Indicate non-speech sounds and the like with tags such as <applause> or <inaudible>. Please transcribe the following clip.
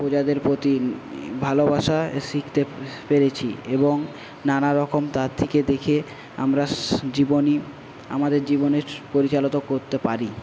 প্রজাদের প্রতি ভালোবাসা শিখতে পেরেছি এবং নানারকম <unintelligible> আমরা জীবনী আমাদের জীবনের পরিচালনা করতে পারি